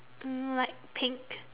mm like pink